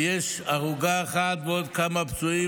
ויש הרוגה אחת ועוד כמה פצועים.